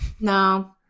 no